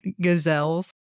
gazelles